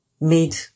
made